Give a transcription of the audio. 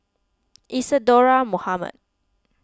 Isadhora Mohamed